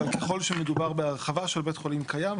אבל ככל שמדובר בהרחבה של בית חולים קיים,